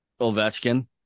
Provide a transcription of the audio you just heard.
Ovechkin